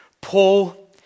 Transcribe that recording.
Paul